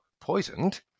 poisoned